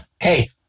Hey